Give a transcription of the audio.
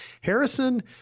Harrison